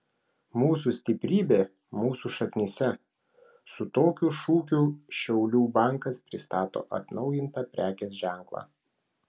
mūsų stiprybė mūsų šaknyse su tokiu šūkiu šiaulių bankas pristato atnaujintą prekės ženklą